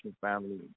family